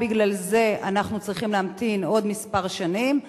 האם בגלל זה אנחנו צריכים להמתין עוד כמה שנים?